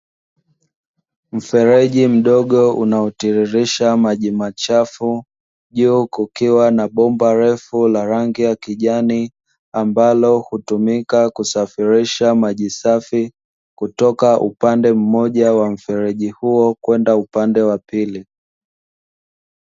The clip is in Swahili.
Mfereji mdogo unaotirirsha maji machafu, juu kukiwa na bomba refu la rangi ya kijani, ambalo hutumika kusafirisha maji safi kutoka upande mmoja wa mfereji huo kwenda upande wa pili.